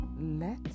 let